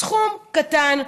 סכום קטן,